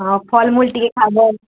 ହଁ ଫଳମୂଳ ଟିକେ ଖାବୋ